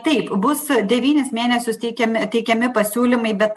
taip bus devynis mėnesius teikiami teikiami pasiūlymai bet